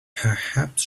perhaps